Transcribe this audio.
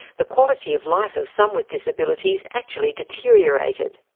the quality of life of some with disabilities actually deteriorated.